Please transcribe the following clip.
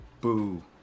Boo